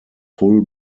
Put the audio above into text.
full